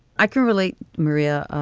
i can relate. maria,